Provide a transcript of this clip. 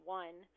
one